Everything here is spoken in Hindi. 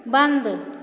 बंद